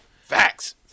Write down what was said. Facts